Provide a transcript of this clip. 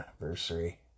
anniversary